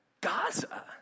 Gaza